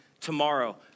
tomorrow